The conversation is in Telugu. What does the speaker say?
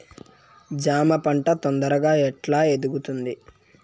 జామ పంట తొందరగా ఎట్లా ఎదుగుతుంది?